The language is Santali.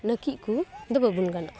ᱱᱟᱠᱤᱡ ᱠᱚ ᱫᱚ ᱵᱟᱵᱚᱱ ᱜᱟᱱᱚᱜᱼᱟ